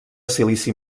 silici